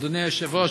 אדוני היושב-ראש,